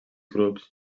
grups